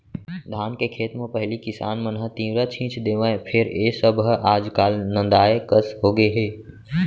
धान के खेत म पहिली किसान मन ह तिंवरा छींच देवय फेर ए सब हर आज काल नंदाए कस होगे हे